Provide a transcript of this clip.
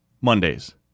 Mondays